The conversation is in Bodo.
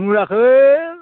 मुलाखो